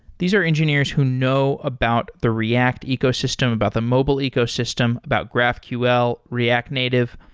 these are engineers who know about the react ecosystem, about the mobile ecosystem, about graphql, react native.